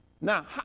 Now